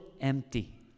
empty